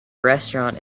restaurant